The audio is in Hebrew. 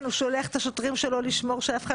הוא שולח את השוטרים שלו לשמור שאף אחד